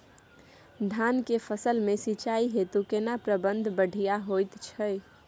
धान के फसल में सिंचाई हेतु केना प्रबंध बढ़िया होयत छै?